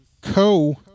co-